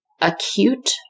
acute